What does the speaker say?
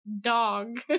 dog